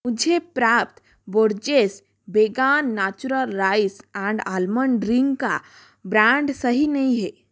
मुझे प्राप्त Borges vegan Natura rice and almond drink का ब्रैंड सही नहीं है